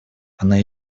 она